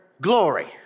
glory